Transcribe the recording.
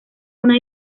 una